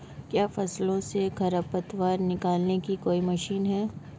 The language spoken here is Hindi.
क्या फसलों से खरपतवार निकालने की कोई मशीन है?